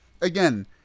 again